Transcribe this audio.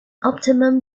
optimum